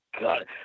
God